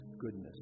goodness